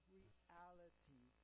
reality